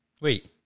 Wait